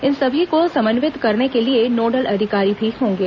इन सभी को समन्वित करने के लिए नोडल अधिकारी भी होंगे